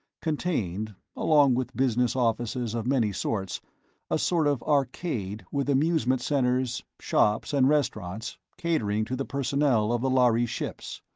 contained along with business offices of many sorts a sort of arcade with amusement centers, shops and restaurants catering to the personnel of the lhari ships.